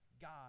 God